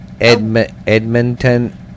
Edmonton